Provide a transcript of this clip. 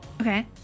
Okay